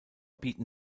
bieten